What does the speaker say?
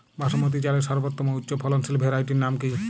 বাসমতী চালের সর্বোত্তম উচ্চ ফলনশীল ভ্যারাইটির নাম কি?